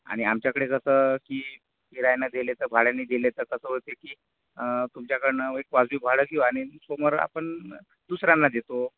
आणि आमच्याकडे जसं की किरायाने दिले तर भाड्याने तर दिले कसं होते की तुमच्याकडून एक वाजवी भाडं घेऊ आणि समोर आपण दुसऱ्यांना देतो